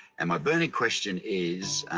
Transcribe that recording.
and my burning question is,